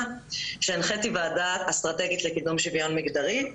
שהנחיתי ועדה אסטרטגית לקידום שוויון מגדרי,